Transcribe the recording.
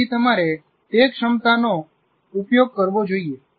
તેથી તમારે તે ક્ષમતાનો ઉપયોગ કરવો જોઈએ